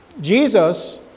Jesus